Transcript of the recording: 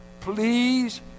please